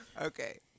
Okay